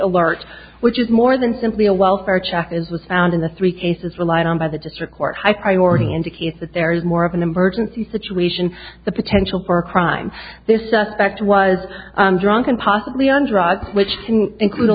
alert which is more than simply a welfare check is was found in the three cases relied on by the district court high priority indicates that there is more of an emergency situation the potential for a crime this suspect was drunk and possibly on drugs which can include a